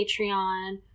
Patreon